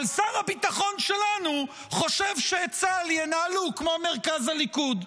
אבל שר הביטחון שלנו חושב שאת צה"ל ינהלו כמו את מרכז הליכוד,